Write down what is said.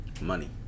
money